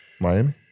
Miami